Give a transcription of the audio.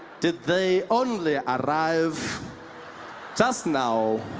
did they only ah arrive just now